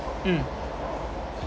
mm